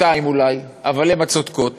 שתיים אולי, אבל הן הצודקות.